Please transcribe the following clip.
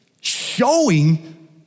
showing